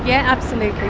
yeah absolutely,